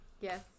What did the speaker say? Yes